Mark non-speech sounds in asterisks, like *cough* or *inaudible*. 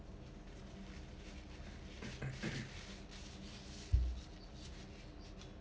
*noise*